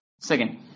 Second